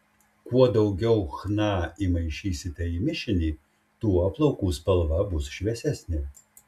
kuo daugiau chna įmaišysite į mišinį tuo plaukų spalva bus šviesesnė